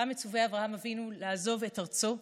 שבה מצֻווה אברהם אבינו לעזוב את ארצו,